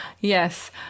yes